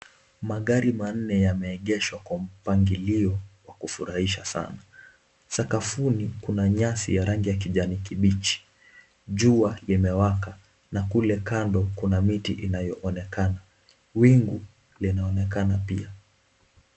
Magari manne yameegeshwa kwa mpangilio wa kufurahisha sana. Sakafuni kuna nyasi ya rangi ya kijani kibichi. Jua linawaka na kule kando kuna miti inayoonekana. Wingu linaonekana pia.